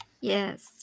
Yes